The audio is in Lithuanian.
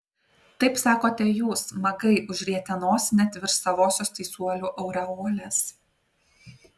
taip sakote jūs magai užrietę nosį net virš savosios teisuolių aureolės